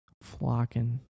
Flocking